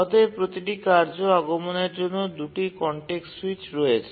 অতএব প্রতিটি কার্য আগমনের জন্য ২ টি কনটেক্সট স্যুইচ রয়েছে